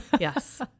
Yes